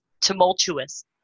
tumultuous